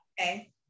Okay